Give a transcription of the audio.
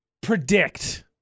predict